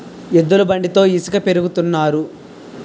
ఎద్దుల బండితో ఇసక పెరగతన్నారు